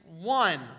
one